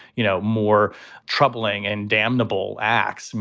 you know, more troubling and damnable acts. and